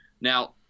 Now